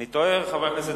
אני תוהה, חבר הכנסת